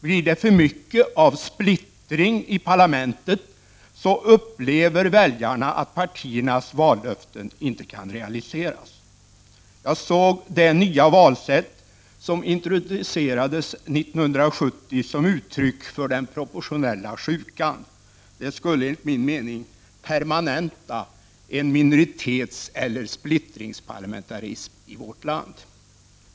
Blir det för mycket av splittring i parlamentet upplever väljarna att partiernas vallöften inte kan realiseras. Jag såg det nya valsätt som introducerades 1970 som uttryck för den proportionella sjukan. Det skulle enligt min mening permanenta en minoritetseller splittringsparlamentarism i vårt land.